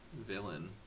villain